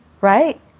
right